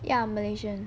ya malaysian